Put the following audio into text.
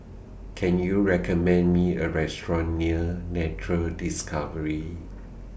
Can YOU recommend Me A Restaurant near Nature Discovery